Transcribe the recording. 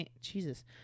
Jesus